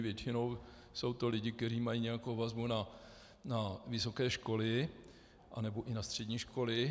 Většinou jsou to lidé, kteří mají nějakou vazbu na vysoké školy nebo i na střední školy.